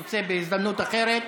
הוא רוצה בהזדמנות אחרת.